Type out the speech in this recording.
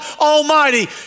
Almighty